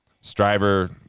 striver